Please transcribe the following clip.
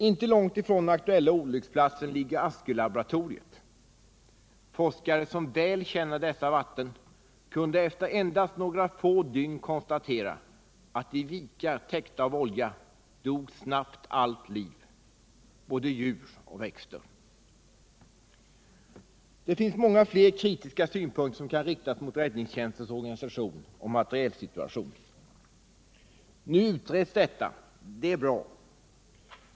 Inte långt ifrån den aktuella olycksplatsen ligger Askölaboratoriet. Forskare som väl känner dessa vatten kunde efter endast några få dygn konstatera att i vikar täckta av olja dog snabbt allt liv, både djur och växter. Det finns många fler kritiska synpunkter som kan anföras mot räddningstjänstens organisation och materielsituation. Nu utreds detta. Det är bra.